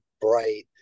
bright